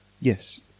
Yes